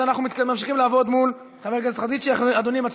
אז אנחנו ממשיכים לעבוד מול חבר הכנסת חאג' יחיא.